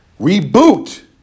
reboot